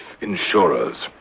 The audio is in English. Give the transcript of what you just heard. insurers